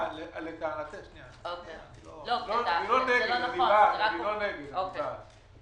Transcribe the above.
אני לא נגד, אני בעד.